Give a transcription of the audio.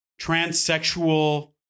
transsexual